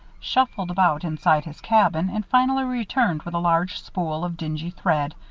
shuffled about inside his cabin and finally returned with a large spool of dingy thread,